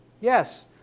Yes